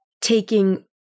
taking